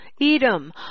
Edom